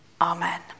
Amen